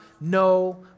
no